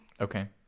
Okay